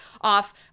off